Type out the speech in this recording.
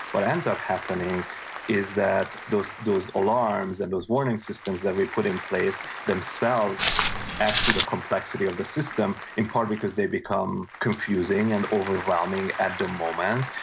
what ends up happening is that those those alarms and those warning systems that we put in place, themselves add to the complexity of the system, in part because they become confusing and overwhelming at the moment.